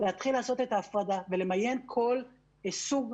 להתחיל לעשות את ההפרדה ולמיין כל סוג,